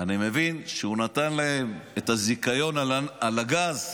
אני מבין שהוא נתן להם את הזיכיון על הגז,